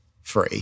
free